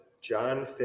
John